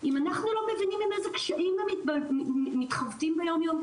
אם אנחנו לא מבינים עם איזה קשיים הם מתחבטים ביום יום,